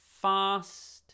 fast